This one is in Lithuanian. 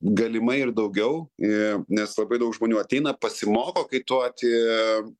galimai ir daugiau nes labai daug žmonių ateina pasimoko kaituoti